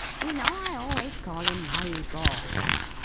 you know i always call him my boy.